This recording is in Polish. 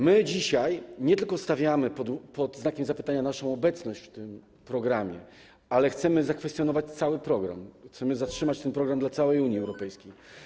My dzisiaj nie tylko stawiamy pod znakiem zapytania naszą obecność w tym programie, ale chcemy zakwestionować cały program, chcemy zatrzymać ten program dla całej Unii Europejskiej.